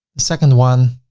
second one,